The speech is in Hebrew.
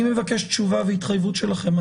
אני מבקש תשובה והתחייבות שלכם.